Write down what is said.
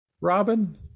Robin